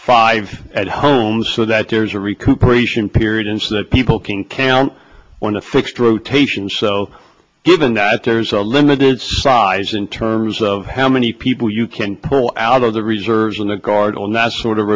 five at home so that there's a recuperation period in so that people can count on the fixed rotations so given that there's a limited size in terms of how many people you can pull out of the reserves in the guard or last sort of